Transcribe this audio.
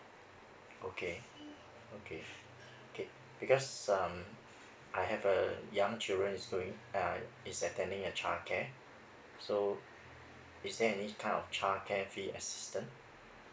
okay okay okay because um I have uh young children is going uh is attending a childcare so is there any kind of childcare fee assistance